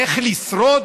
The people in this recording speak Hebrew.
איך לשרוד?